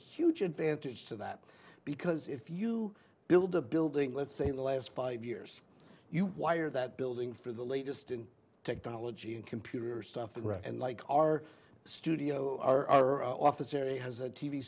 huge advantage to that because if you build a building let's say in the last five years you wire that building for the latest in technology and computer stuff and like our studio our office area has a t